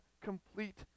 complete